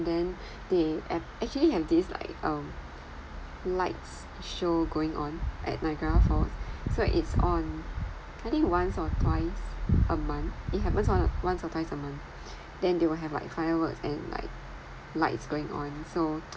then they ha~ actually have this like um lights show going on at niagara falls so it's on I think once or twice a month it happens on uh once or twice a month then they will have fireworks and like lights going on so